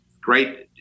great